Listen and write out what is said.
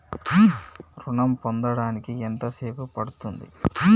ఋణం పొందడానికి ఎంత సేపు పడ్తుంది?